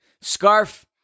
Scarf